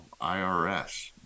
IRS